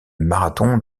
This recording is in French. marathon